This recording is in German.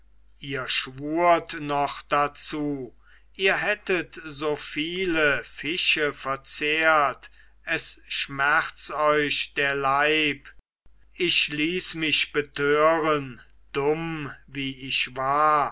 ihr schwurt noch dazu ihr hättet so viele fische verzehrt es schmerz euch der leib ich ließ mich betören dumm wie ich war